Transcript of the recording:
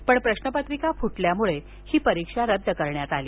पण प्रश्नपत्रिका फुटल्यामुळे परीक्षा रद्द करण्यात आली